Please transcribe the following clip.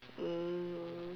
mm